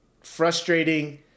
frustrating